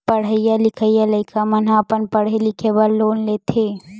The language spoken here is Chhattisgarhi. पड़हइया लिखइया लइका मन ह अपन पड़हे लिखे बर लोन लेथे